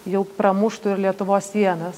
jau pramuštų ir lietuvos sienas